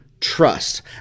trust